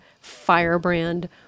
firebrand